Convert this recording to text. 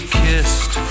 kissed